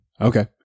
Okay